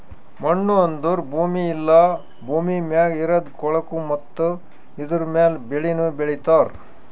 ಮಣ್ಣು ಅಂದುರ್ ಭೂಮಿ ಇಲ್ಲಾ ಭೂಮಿ ಮ್ಯಾಗ್ ಇರದ್ ಕೊಳಕು ಮತ್ತ ಇದುರ ಮ್ಯಾಲ್ ಬೆಳಿನು ಬೆಳಿತಾರ್